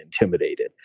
intimidated